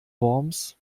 worms